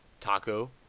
Taco